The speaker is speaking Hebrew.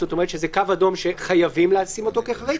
זאת אומרת שזה קו אדום שחייבים לשים אותו כחריג,